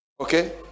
okay